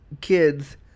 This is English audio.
kids